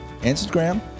Instagram